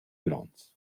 gronds